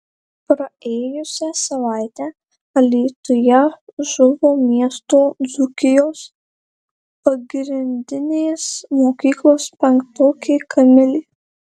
praėjusią savaitę alytuje žuvo miesto dzūkijos pagrindinės mokyklos penktokė kamilė